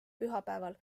pühapäeval